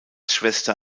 schwester